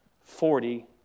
forty